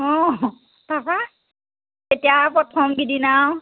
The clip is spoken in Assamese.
অঁ তাৰপৰা এতিয়া প্ৰথমকেইদিন আৰু